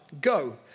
Go